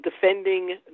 defending